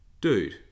dude